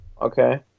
Okay